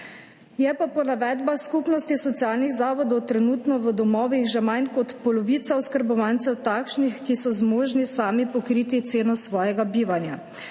je pa po navedbah Skupnosti socialnih zavodov trenutno v domovih že manj kot polovica oskrbovancev takšnih, ki so zmožni sami pokriti ceno svojega bivanja,